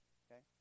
okay